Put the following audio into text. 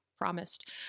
promised